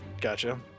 gotcha